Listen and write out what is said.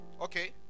okay